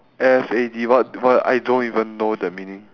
F A D what what I don't even know the meaning